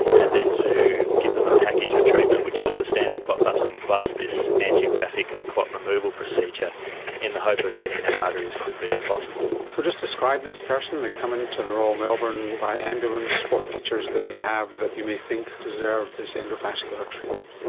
and then to give them a package of treatment which was a standard clot busting plus this angiographic clot removal procedure in the hope of getting their artery as quickly as possible. so just describe this person. they come into the royal melbourne by ambulance. what features do they have that you may think deserve this endovascular treatment?